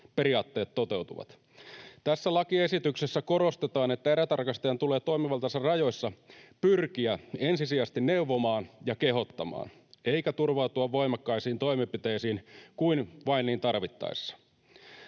periaatteet toteutuvat. Tässä lakiesityksessä korostetaan, että erätarkastajan tulee toimivaltansa rajoissa pyrkiä ensisijaisesti neuvomaan ja kehottamaan eikä turvautua voimakkaisiin toimenpiteisiin kuin vain niitä tarvittaessa.